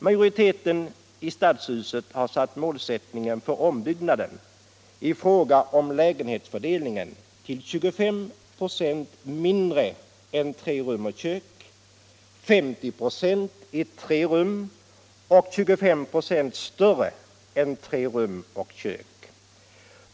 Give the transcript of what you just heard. Majoriteten i stadshuset har satt målet för lägenhetsfördelningen vid ombyggnad till 25 96 lägenheter med mindre än 3 rum och kök, 50 26 med 3 rum och kök och 25 96 större än 3 rum och kök.